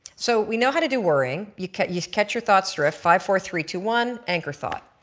so we know how to do worrying you catch you catch your thoughts through a five, four, three, two, one anchor thought.